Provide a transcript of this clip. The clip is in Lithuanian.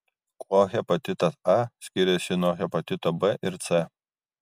kuo hepatitas a skiriasi nuo hepatito b ir c